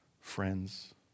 friends